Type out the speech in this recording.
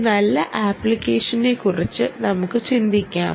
ഒരു നല്ല ആപ്ലിക്കേഷനെക്കുറിച്ച് നമുക്ക് ചിന്തിക്കാം